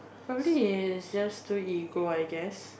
probably is just too ego I guess